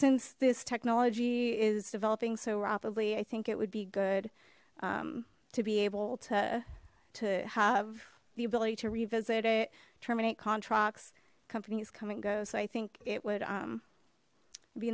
since this technology is developing so rapidly i think it would be good to be able to to have the ability to revisit it terminate contracts companies come and go so i think it would